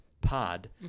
pod